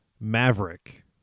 maverick